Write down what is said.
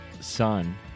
son